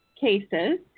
cases